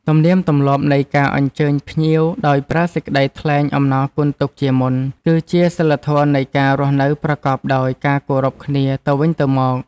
ទំនៀមទម្លាប់នៃការអញ្ជើញភ្ញៀវដោយប្រើសេចក្តីថ្លែងអំណរគុណទុកជាមុន គឺជាសីលធម៌នៃការរស់នៅប្រកបដោយការគោរពគ្នាទៅវិញទៅមក។